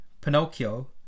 Pinocchio